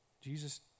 Jesus